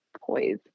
poise